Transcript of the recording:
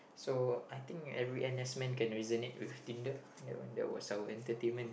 so I think every n_s men can reason it with Tinder uh that was our entertainment